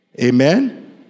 Amen